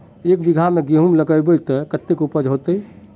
एक बिगहा में गेहूम लगाइबे ते कते उपज होते?